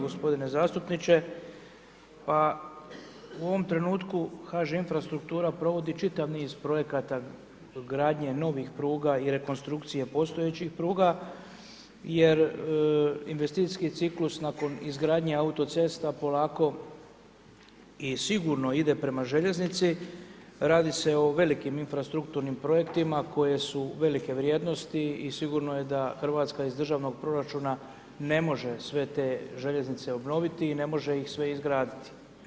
Gospodine zastupniče u ovom trenutku HŽ infrastruktura provodi čitav niz projekata gradnje novih pruga i rekonstrukcije postojećih pruga jer investicijski ciklus nakon izgradnje autocesta polako i sigurno ide prema željeznici, radi se o velikim infrastrukturnim projektima koji su velike vrijednosti i sigurno je da Hrvatska iz državnog proračuna ne može sve te željeznice obnoviti i ne može ih sve izraditi.